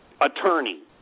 attorney